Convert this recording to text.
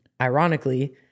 ironically